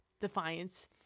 Defiance